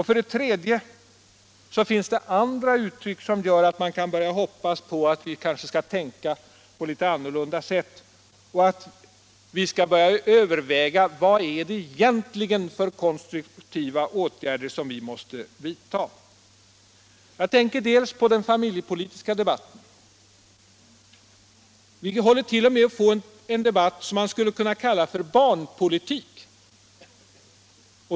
För det tredje finns det andra uttryck som gör att man kan hoppas på att vi skall börja tänka litet annorlunda och kommer att överväga vilka konstruktiva åtgärder vi egentligen måste vidta. Jag tänker exempelvis på den familjepolitiska debatten. Vi håller t. 0. m. på att få en debatt som skulle kunna kallas för barnpolitik.